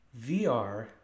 VR